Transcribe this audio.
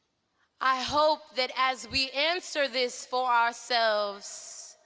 i hope that as we answer this for ourselves,